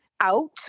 out